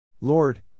Lord